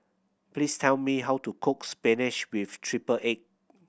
please tell me how to cook spinach with triple egg